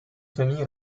famille